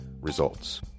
Results